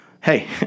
hey